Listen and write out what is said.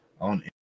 on